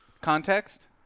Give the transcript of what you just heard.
Context